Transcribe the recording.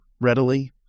readily